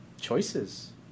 Choices